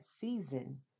season